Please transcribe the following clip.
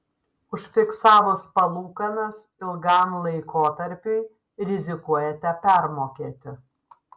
užfiksavus palūkanas ilgam laikotarpiui rizikuojate permokėti